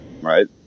right